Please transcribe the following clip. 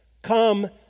Come